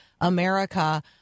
America